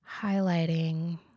highlighting